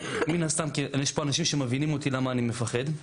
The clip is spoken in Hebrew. יש פה אנשים שמבינים אותי למה אני מפחד.